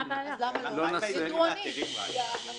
רבותיי,